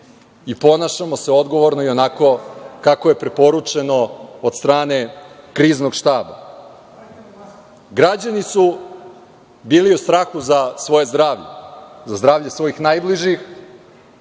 i ponašamo se odgovorno i onako kako je preporučeno od strane Kriznog štaba. Građani su bili u strahu za svoje zdravlje, za zdravlje svojih najbližih,